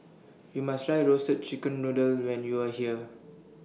YOU must Try Roasted Chicken Noodle when YOU Are here